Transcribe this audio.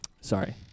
sorry